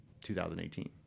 2018